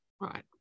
Right